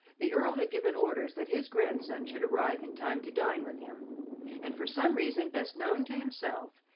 the earl had given orders that his grandson should arrive in time to dine with him and for some reason best known to himself,